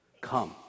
Come